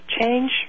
change